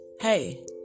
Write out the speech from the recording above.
Hey